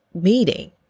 meeting